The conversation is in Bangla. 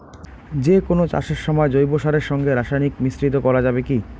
যে কোন চাষের সময় জৈব সারের সঙ্গে রাসায়নিক মিশ্রিত করা যাবে কি?